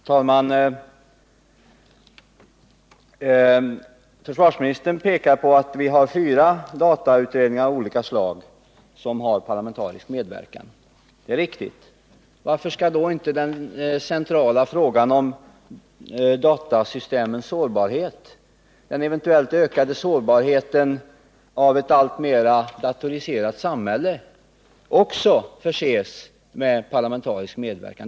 Herr talman! Försvarsministern pekar på att vi har fyra datautredningar av olika slag som har parlamentarisk medverkan. Det är riktigt. Men varför skall då inte utredningen i den centrala frågan om en eventuellt ökad sårbarhet i ett alltmer datoriserat samhälle också förses med parlamentarisk medverkan?